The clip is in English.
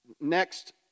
next